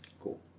Cool